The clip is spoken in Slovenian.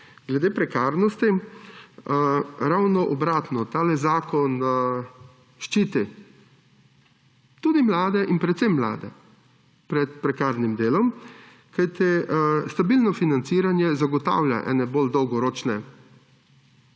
Glede prekarnosti – ravno obratno. Tale zakon ščiti tudi mlade in predvsem mlade pred prekarnim delom, kajti stabilno financiranje zagotavlja bolj dolgoročne